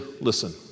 listen